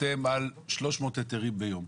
חותם על 300 היתרים ביום.